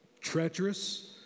treacherous